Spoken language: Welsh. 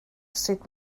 sut